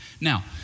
Now